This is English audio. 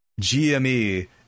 GME